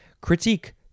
Critique